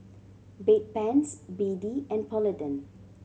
Bedpans B D and Polident